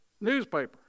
newspaper